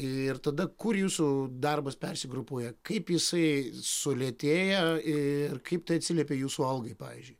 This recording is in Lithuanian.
ir tada kur jūsų darbas persigrupuoja kaip jisai sulėtėja ir kaip tai atsiliepia jūsų algai pavyzdžiui